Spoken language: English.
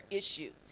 issue